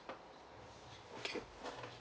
okay